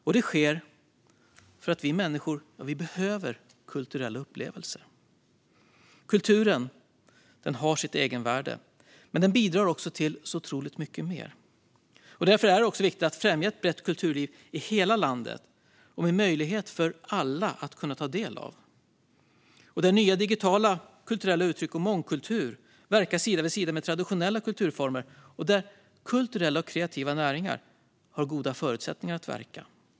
Detta sker eftersom vi människor behöver kulturella upplevelser. Kulturen har sitt egenvärde, men den bidrar också till så otroligt mycket mer. Därför är det viktigt att främja ett brett kulturliv i hela landet som alla kan ta del av, där nya digitala kulturella uttryck och mångkultur verkar sida vid sida med traditionella kulturformer och där kulturella och kreativa näringar har goda förutsättningar att verka.